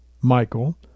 Michael